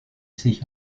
sich